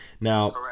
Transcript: Now